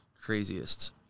Craziest